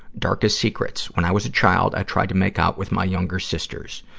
darkest secrets? when i was a child, i tried to make out with my younger sisters.